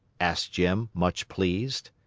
asked jim, much pleased.